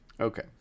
Okay